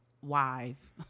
wife